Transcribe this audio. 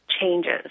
changes